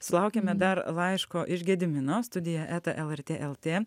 sulaukėme dar laiško iš gedimino studija eta lrt lt